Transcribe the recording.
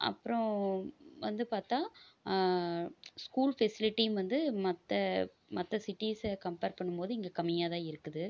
அப்புறோம் வந்து பார்த்தா ஸ்கூல் ஃபெசிலிட்டியும் வந்து மற்ற மற்ற சிட்டீஸை கம்ப்பேர் பண்ணும் போது இங்க கம்மியாக தான் இருக்குது